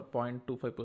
0.25%